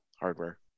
hardware